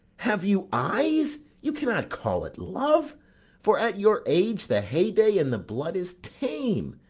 have you eyes? you cannot call it love for at your age the hey-day in the blood is tame,